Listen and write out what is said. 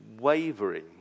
wavering